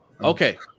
okay